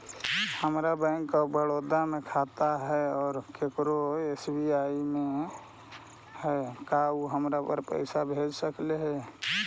हमर bank of Baroda में खाता है और केकरो एस.बी.आई में है का उ हमरा पर पैसा भेज सकले हे?